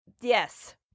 Yes